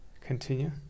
continue